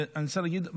ואני רוצה להגיד,